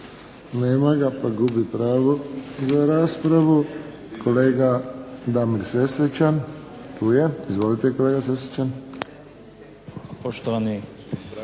Nema ga pa gubi pravo za raspravu. Kolega Damir Sesvečan, tu je. Izvolite, kolega Sesvečan. **Sesvečan,